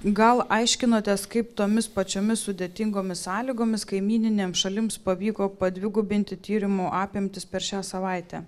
gal aiškinotės kaip tomis pačiomis sudėtingomis sąlygomis kaimyninėm šalims pavyko padvigubinti tyrimų apimtis per šią savaitę